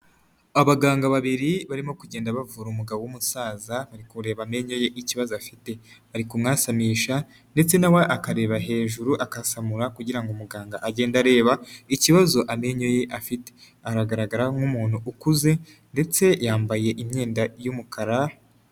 Abaganga babiri barimo kugenda bavura umugabo w'umusaza bari kureba amenyo ye ikibazo afite, bari kumwasamisha ndetse na we akareba hejuru akasamura kugira ngo umuganga agende areba ikibazo amenyo ye afite, aragaragara nk'umuntu ukuze ndetse yambaye imyenda y'umukara.